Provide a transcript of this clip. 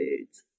foods